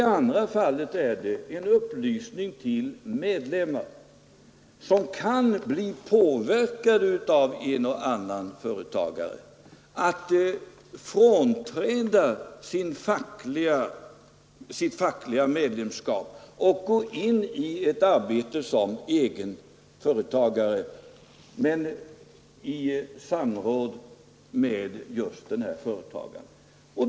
Å andra sidan är det en upplysning till medlemmar inom förbundet som kan bli påverkade av en och annan företagare att frånträda sitt fackliga medlemskap och gå in i ett arbete som egen företagare, men i samråd med just den företagaren.